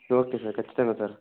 okay sir ఖచ్చితంగా sir